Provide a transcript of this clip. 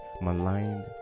maligned